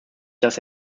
dass